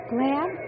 Glad